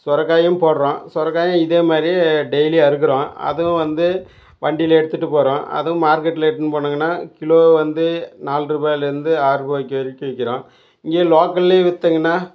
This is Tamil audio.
சுரக்காயும் போடறோம் சுரக்காயும் இதே மாதிரி டெய்லியும் அறுக்குறோம் அதுவும் வந்து வண்டியில் எடுத்துகிட்டுப் போகிறோம் அதுவும் மார்க்கெட்டில் எடுத்துன்னு போனேங்கன்னா கிலோ வந்து நாலு ரூபாலேருந்து ஆறு ரூபாக்கி வரைக்கும் விற்கிறோம் இங்கேயே லோக்கல்லையும் விற்றிங்கன்னா